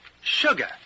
Sugar